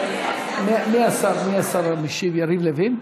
מי השר המשיב, יריב לוין?